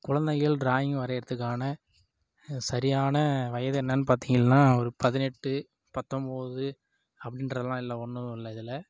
குழந்தைகள் டிராயிங் வரைகிறதுக்கான சரியான வயது என்னென்னு பாத்திங்கன்னா ஒரு பதினெட்டு பத்தொம்போது அப்படின்றதெல்லாம் இல்லை ஒன்றும் இல்லை இதில்